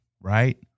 right